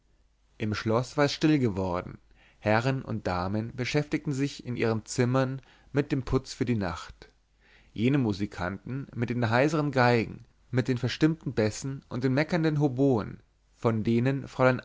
im schloß war es still geworden herren und damen beschäftigten sich in ihren zimmern mit dem putz für die nacht jene musikanten mit den heisern geigen mit den verstimmten bässen und den meckernden hoboen von denen